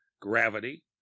gravity